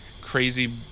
crazy